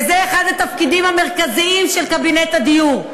וזה אחד התפקידים המרכזיים של קבינט הדיור,